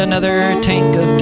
another tank gas